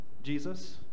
Jesus